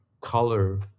color